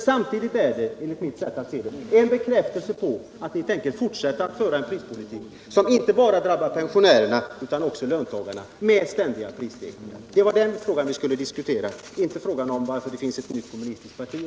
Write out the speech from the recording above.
Samtidigt är det emellertid, enligt mitt sätt att se, en bekräftelse på att ni tänker fortsätta att föra en prispolitik som inte bara drabbar pensionärerna utan också löntagarna genom ständiga prisstegringar. Det var den frågan vi skulle diskutera, inte frågan varför det finns ett nytt kommunistiskt parti.